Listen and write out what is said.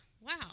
wow